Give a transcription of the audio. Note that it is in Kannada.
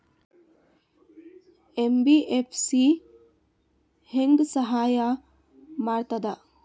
ಎಂ.ಬಿ.ಎಫ್.ಸಿ ಹೆಂಗ್ ಸಹಾಯ ಮಾಡ್ತದ?